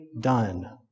done